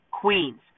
queens